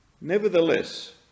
Nevertheless